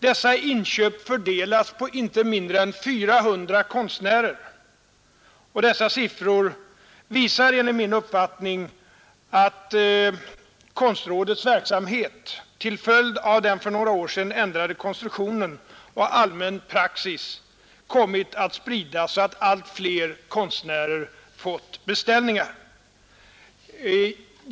Dessa inköp fördelas på inte mindre än 400 konstnärer. De anförda siffrorna visar enligt min uppfattning att konstrådets verksamhet till följd av den för några år sedan ändrade konstruktionen och av allmän praxis kommit att spridas så att allt fler konstnärer fått beställningar.